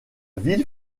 ville